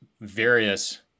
various